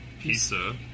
Pizza